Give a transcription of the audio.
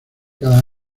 cada